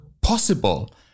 possible